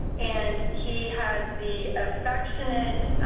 and he has the affectionate